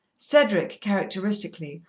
cedric, characteristically,